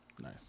Nice